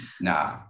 nah